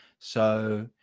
so,